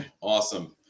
Awesome